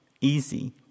easy